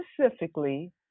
specifically